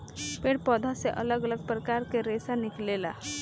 पेड़ पौधा से अलग अलग प्रकार के रेशा निकलेला